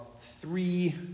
three